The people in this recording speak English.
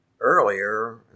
earlier